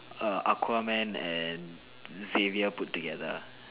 err aquaman and xavier put together